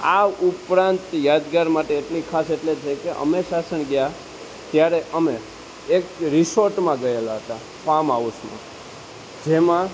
આ ઉપરાંત યાદગાર માટે એટલી ખાસ એટલે છે કે અમે સાસણ ગીર ગયા ત્યારે અમે એક રિસોર્ટમાં ગયેલા હતા ફાર્મ હાઉસમાં જેમાં